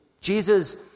Jesus